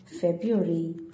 February